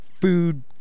Food